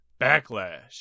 Backlash